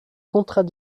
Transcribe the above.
contrats